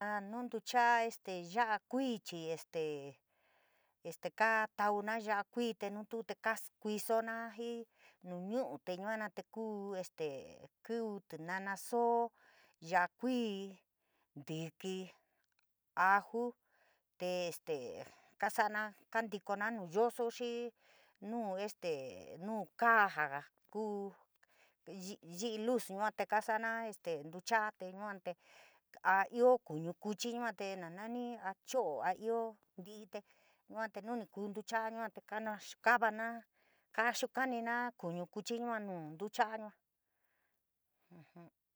A nu ntucha’a este ya’a kui chii este este kaa tauna ya’a kuii tenu tuu te’ kaskuisona jii nuu ñu’u te yuana te kuu este kiuví tinana soo ya kuii, tíkí, aju, te ste kasana kantikona nu yoso xii nu kaa jaa kuu yi’i luz yua te kasalana este ntucha’a te yua te, a ioo kuñu kuchi yuate na nani, a cho’o a ioo nti’i te yua te nuu ni ntucha’a, konaxkavana kosokanina kuñu kuchi yua nu ntucha’a yua.